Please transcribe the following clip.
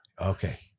Okay